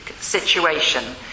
situation